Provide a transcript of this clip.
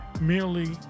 merely